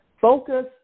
focus